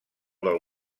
del